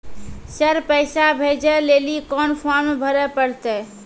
Sir पैसा भेजै लेली कोन फॉर्म भरे परतै?